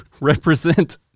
represent